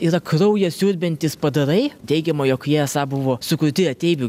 yra kraują siurbiantys padarai teigiama jog jie esą buvo sukurti ateivių